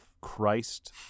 Christ